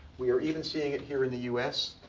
we are even seeing it here in the us.